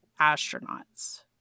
astronauts